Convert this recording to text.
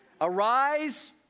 Arise